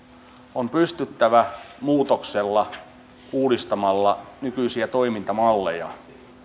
on pystyttävä muutoksella uudistamalla nykyisiä toimintamalleja